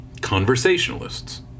conversationalists